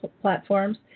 platforms